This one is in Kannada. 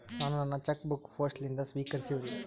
ನಾನು ನನ್ನ ಚೆಕ್ ಬುಕ್ ಪೋಸ್ಟ್ ಲಿಂದ ಸ್ವೀಕರಿಸಿವ್ರಿ